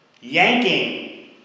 yanking